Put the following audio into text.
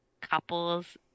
couples